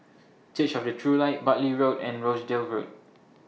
Church of The True Light Bartley Road and Rochdale Road